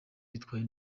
witwaye